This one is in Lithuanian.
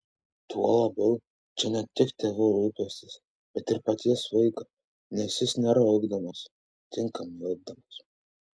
tuo labiau čia ne tik tėvų rūpestis bet ir paties vaiko nes jis nėra ugdomas tinkamai ugdomas